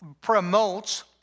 promotes